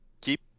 keep